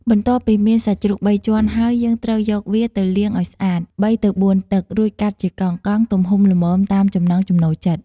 បន្ទាប់់ពីមានសាច់ជ្រូកបីជាន់ហើយ យើងត្រូវយកវាទៅលាងឲ្យស្អាត បីទៅបួនទឹក រួចកាត់ជាកង់ៗ ទំហំល្មម តាមចំណង់ចំណូលចិត្ត។